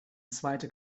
zweite